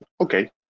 okay